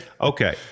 Okay